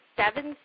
seven